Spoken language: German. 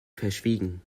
verschwiegen